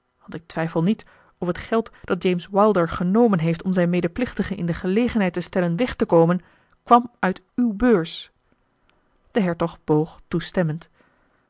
want ik twijfel niet of het geld dat james wilder genomen heeft om zijn medeplichtige in de gelegenheid te stellen weg te komen kwam uit uw beurs de hertog boog toestemmend